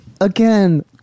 again